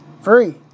Free